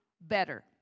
better